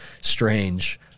strange